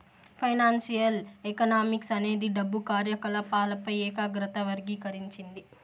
financial economics అనేది డబ్బు కార్యకాలపాలపై ఏకాగ్రత వర్గీకరించింది